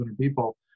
people